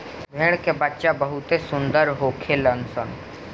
भेड़ के बच्चा बहुते सुंदर होखेल सन